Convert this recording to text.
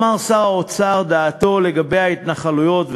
אמר שר האוצר דעתו לגבי ההתנחלויות,